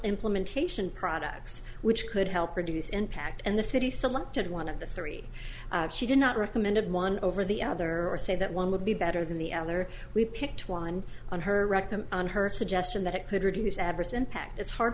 implementation products which could help reduce impact and the city selected one of the three she did not recommended one over the other or say that one would be better than the other we picked one on her rectum on her suggestion that it could reduce adverse impact it's hard